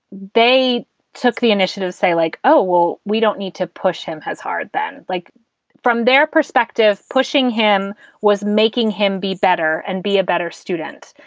they took the initiative say like, oh, well, we don't need to push him as hard then like from their perspective, pushing him was making him be better and be a better student.